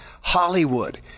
Hollywood